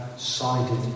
Sided